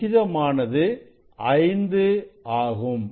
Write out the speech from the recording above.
விகிதமானது 5 ஆகும்